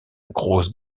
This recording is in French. grosse